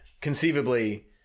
conceivably